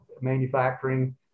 manufacturing